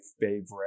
favorite